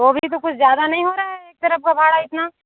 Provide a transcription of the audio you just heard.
वो भी तो कुछ ज़्यादा नहीं हो रहा है एक तरफ़ का भाड़ा इतना